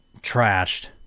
trashed